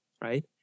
right